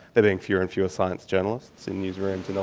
there being fewer and fewer science journalists in these rooms and